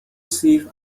safe